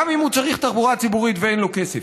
גם אם הוא צריך תחבורה ציבורית ואין לו כסף.